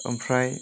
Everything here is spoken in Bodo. ओमफ्राय